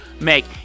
make